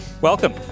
Welcome